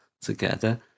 together